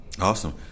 Awesome